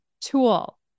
tool